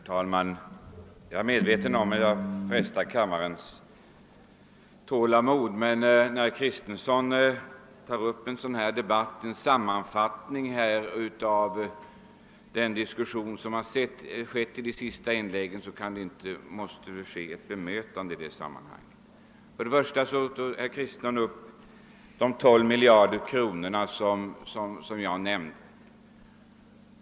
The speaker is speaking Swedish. Herr talman! Jag är medveten om att jag frestar kammarens tålamod, men med anledning av den sammanfattning av diskussionen i de senaste inläggen av herr Kristenson är det nödvändigt att det görs ett bemötande. Herr Kristenson berörde först vad jag sagt om de 12 miljarder kronorna.